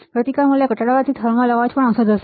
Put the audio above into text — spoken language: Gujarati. પ્રતિકાર મૂલ્ય ઘટાડવાથી થર્મલ અવાજ પણ ઓછો થશે